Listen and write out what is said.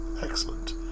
excellent